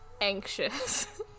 Anxious